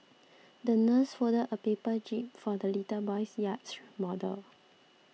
the nurse folded a paper jib for the little boy's yacht model